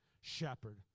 shepherd